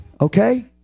Okay